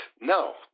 No